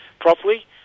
properly